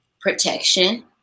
protection